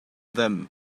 them